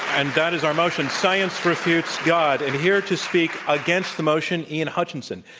and that is our motion, science refutes god. and here to speak against the motion, ian hutchinson.